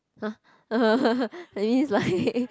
!huh! that means like